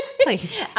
Please